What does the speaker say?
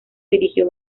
dirigió